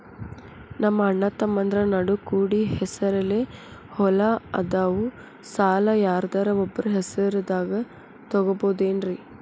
ನಮ್ಮಅಣ್ಣತಮ್ಮಂದ್ರ ನಡು ಕೂಡಿ ಹೆಸರಲೆ ಹೊಲಾ ಅದಾವು, ಸಾಲ ಯಾರ್ದರ ಒಬ್ಬರ ಹೆಸರದಾಗ ತಗೋಬೋದೇನ್ರಿ?